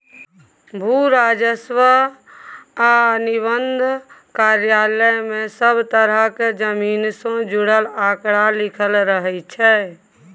भू राजस्व आ निबंधन कार्यालय मे सब तरहक जमीन सँ जुड़ल आंकड़ा लिखल रहइ छै